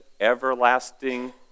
everlasting